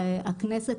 שהכנסת,